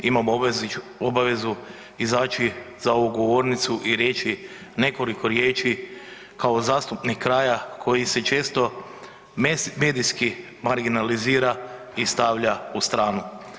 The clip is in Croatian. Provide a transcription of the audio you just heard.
Imam obvezu izaći za ovu govornicu i reći nekoliko riječi kao zastupnik kraja koji se često medijski marginalizira i stavlja u stranu.